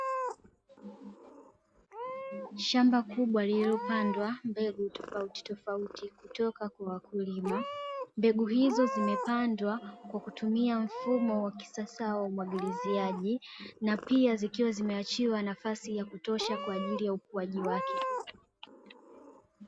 Shamba kubwa lililo pandwa mbegu tofauti tofauti kutoka kwa wakulima mbegu hizo zimepandwa kwa kutumia mfumo wa kisasa wa umwagiliziaji na pia zikiwa zimeachiwa nafasi za kutosha kwajili ya ukuaji wake.